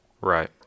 right